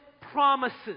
promises